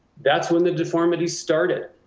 that's when the deformity started.